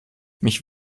mich